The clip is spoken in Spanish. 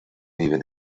viven